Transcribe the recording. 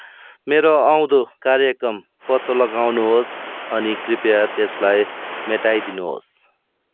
मेरो आउँदो कार्यक्रम पत्तो लगाउनुहोस् अनि कृपया त्यसलाई मेटाइदिनुहोस्